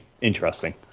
interesting